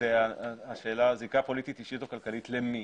זאת השאלה זיקה פוליטית, אישית או כלכלית, למי?